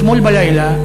אתמול בלילה,